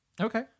Okay